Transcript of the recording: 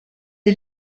est